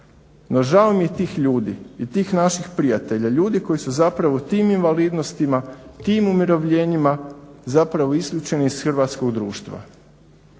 No žao mi je tih ljudi i tih naših prijatelja, ljudi koji su zapravo tim invalidnostima, tim umirovljenjima zapravo isključeni iz hrvatskog društva.